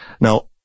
Now